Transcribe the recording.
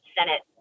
Senate